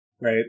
right